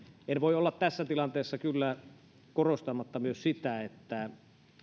en voi kyllä olla tässä tilanteessa korostamatta myös sitä että